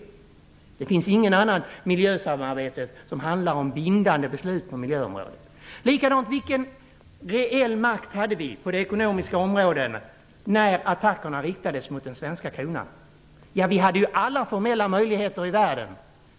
För de utsläpp som kommer från de andra länderna finns inget annat miljösamarbete som leder till bindande beslut på miljöområdet. Vilken reell makt hade vi på de ekonomiska områdena när attackerna riktades mot den svenska kronan? Vi hade alla formella möjligheter i världen